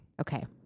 Okay